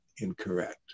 incorrect